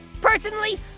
Personally